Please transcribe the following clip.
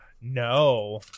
No